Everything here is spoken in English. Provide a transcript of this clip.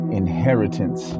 inheritance